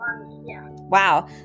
Wow